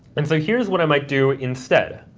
and so here's what i might do instead.